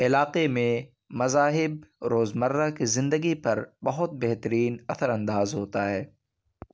علاقے میں مذاہب روز مرہ کی زندگی پر بہت بہترین اثر انداز ہوتا ہے